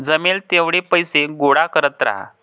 जमेल तेवढे पैसे गोळा करत राहा